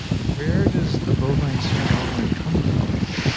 where does the bovine serum oberlin come from?